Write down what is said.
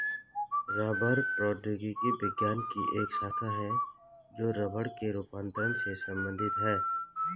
रबड़ प्रौद्योगिकी विज्ञान की एक शाखा है जो रबड़ के रूपांतरण से संबंधित है